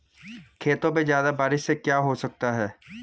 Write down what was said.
खेतों पे ज्यादा बारिश से क्या हो सकता है?